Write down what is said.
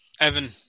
Evan